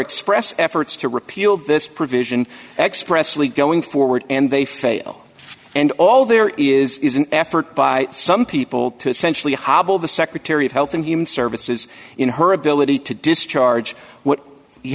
express efforts to repeal this provision expressly going forward and they fail and all there is is an effort by some people to essentially hobble the secretary of health and human services in her ability to discharge what you